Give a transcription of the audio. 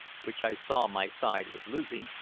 which i saw my side was losing,